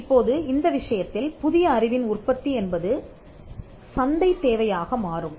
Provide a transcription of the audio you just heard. இப்போது இந்த விஷயத்தில் புதிய அறிவின் உற்பத்தி என்பது சந்தை தேவையாக மாறும்